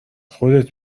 خودت